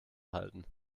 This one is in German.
halten